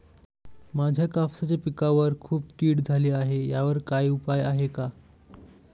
माझ्या कापसाच्या पिकावर खूप कीड झाली आहे यावर काय उपाय आहे का?